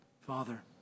Father